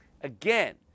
Again